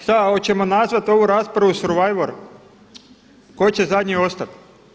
Šta hoćemo nazvati ovu raspravu survivor ko će zadnji ostat?